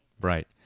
Right